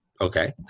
okay